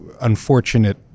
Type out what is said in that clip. unfortunate